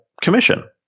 commission